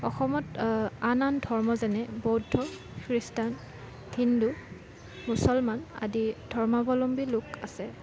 অসমত আন আন ধৰ্ম যেনে বৌদ্ধ খ্ৰীষ্টান হিন্দু মুছলমান আদি ধৰ্মাৱলম্বী লোক আছে